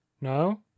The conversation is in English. No